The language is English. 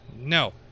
no